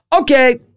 Okay